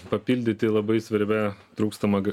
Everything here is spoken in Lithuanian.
papildyti labai svarbia trūkstama g